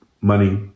money